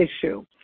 issue